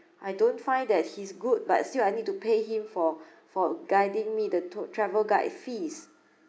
I don't find that he's good but still I need to pay him for for guiding me the to~ travel guide fees